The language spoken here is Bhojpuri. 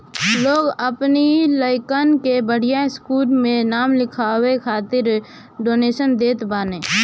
लोग अपनी लइकन के बढ़िया स्कूल में नाम लिखवाए खातिर डोनेशन देत बाने